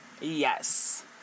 Yes